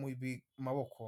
mu maboko.